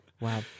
Wow